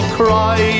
cry